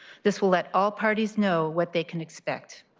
this will let all parties know what they can expect.